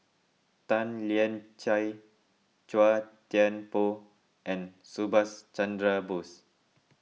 Tan Lian Chye Chua Thian Poh and Subhas Chandra Bose